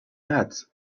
that